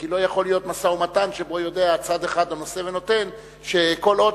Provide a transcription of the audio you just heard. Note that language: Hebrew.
כי לא יכול להיות משא-ומתן שבו יודע צד אחד הנושא ונותן שכל עוד